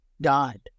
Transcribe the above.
died